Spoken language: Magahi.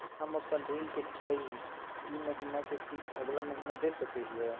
हम अपन ऋण के ई महीना के किस्त अगला महीना दे सकी हियई?